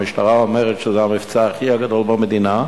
המשטרה אומרת שזה המבצע הכי גדול במדינה,